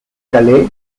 calais